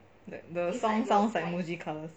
the song sounds like Muji colours